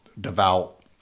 devout